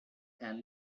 can